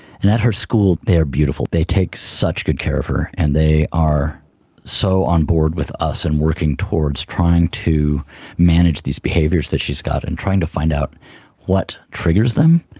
and at the school they are beautiful, they take such good care of her and they are so on board with us and working towards trying to manage these behaviours that she's got and trying to find out what triggers them.